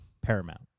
Paramount